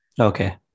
Okay